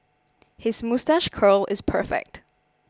his moustache curl is perfect